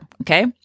okay